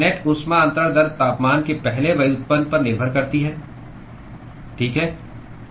net ऊष्मा अन्तरण दर तापमान के पहले व्युत्पन्न पर निर्भर करती है ठीक है